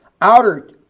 outer